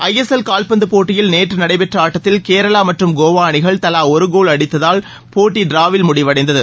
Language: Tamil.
ஐ எஸ் எல் கால்பந்து போட்டியில் நேற்று நடைபெற்ற ஆட்டத்தில் கேரளா மற்றும் கோவா அணிகள் தலா ஒரு கோல் அடித்ததால் போட்டி ட்ராவில் முடிவடைந்தது